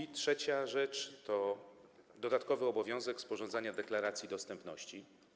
I trzecia rzecz to dodatkowy obowiązek sporządzania deklaracji dostępności.